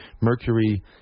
Mercury